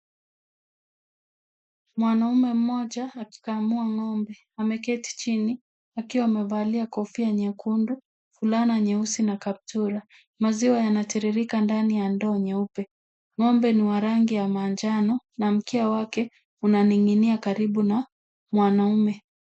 Mwanaume mmoja akikamua ng'ombe, ameketi chini akiwa amevalia kofia nyekundu, fulana nyeusi na kaptura. Maziwa yanatiririka ndani ya ndoo nyeupe. Ng'ombe ni wa rangi ya manjano na mkia wake unaning'inia karibu na mwanaume.